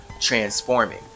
transforming